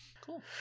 Cool